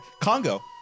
Congo